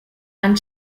han